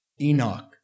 Enoch